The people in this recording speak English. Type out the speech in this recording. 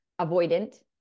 avoidant